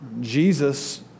Jesus